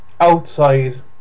outside